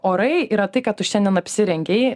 orai yra tai kad tu šiandien apsirengei